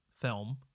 film